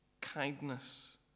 kindness